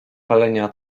palenia